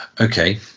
Okay